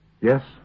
Yes